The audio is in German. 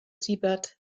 siebert